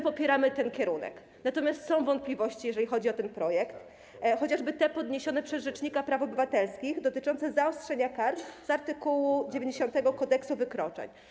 Popieramy ten kierunek, natomiast są wątpliwości, jeżeli chodzi o ten projekt, chociażby te podniesione przez rzecznika praw obywatelskich, dotyczące zaostrzenia kar z art. 90 Kodeksu wykroczeń.